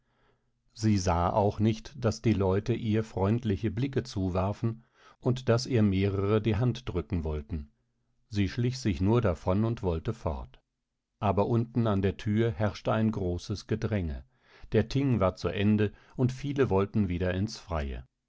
sie sah auch nicht daß die leute ihr freundliche blicke zuwarfen und daß ihr mehrere die hand drücken wollten sie schlich sich nur davon und wollte fort aber unten an der tür herrschte ein großes gedränge der thing war zu ende und viele wollten wieder ins freie